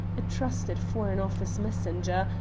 a trusted foreign office messenger,